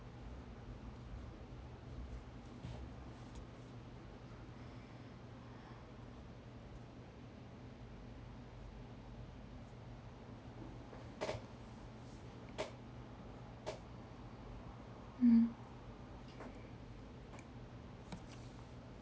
mmhmm